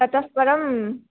ततः परं